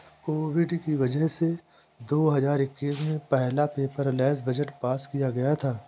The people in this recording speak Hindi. कोविड की वजह से दो हजार इक्कीस में पहला पेपरलैस बजट पास किया गया था